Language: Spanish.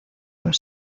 los